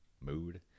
mood